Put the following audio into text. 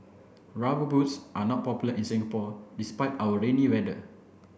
rubber boots are not popular in Singapore despite our rainy weather